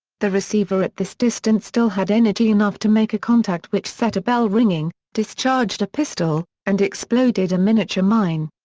the receiver at this distance still had energy enough to make a contact which set a bell ringing discharged a pistol, and exploded a miniature mine.